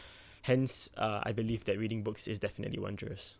hence uh I believe that reading books is definitely wondrous